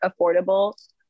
affordable